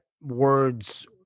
words